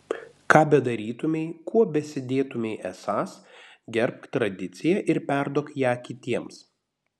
ką bedarytumei kuo besidėtumei esąs gerbk tradiciją ir perduok ją kitiems